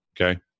Okay